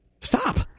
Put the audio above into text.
stop